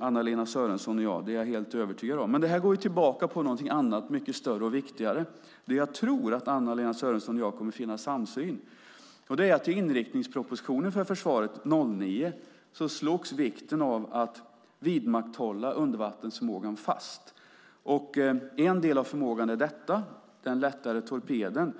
Anna-Lena Sörenson och jag. Det är jag helt övertygad om. Men det här går ju tillbaka till någonting annat mycket större och viktigare. Det jag tror att Anna-Lena Sörenson och jag kommer att finna samsyn om är att i inriktningspropositionen för försvaret 2009 slogs vikten av att vidmakthålla undervattensförmågan fast. En del av förmågan är den lättare torpeden.